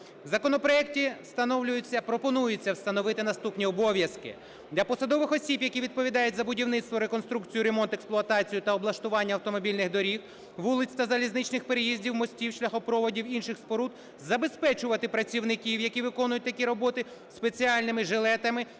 встановлюється… пропонується встановити наступні обов'язки. Для посадових осіб, які відповідають за будівництво, реконструкцію, ремонт, експлуатацію та облаштування автомобільних доріг, вулиць та залізничних переїздів, мостів, шляхопроводів, інших споруд, забезпечувати працівників, які виконують такі роботи, спеціальними жилетами